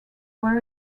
where